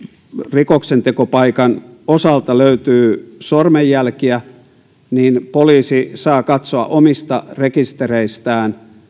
rikoksen tekopaikan osalta löytyy sormenjälkiä niin poliisi saa katsoa omista rekistereistään